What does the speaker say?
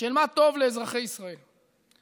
מה טוב לאזרחי ישראל.